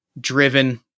driven